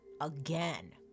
again